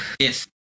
Yes